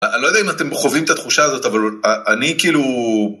אני לא יודע אם אתם חווים את התחושה הזאת, אבל אני כאילו...